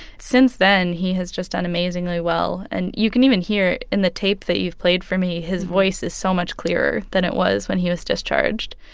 since then, he has just done amazingly well. and you can even hear it in the tape that you've played for me, his voice is so much clearer than it was when he was discharged.